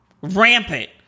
Rampant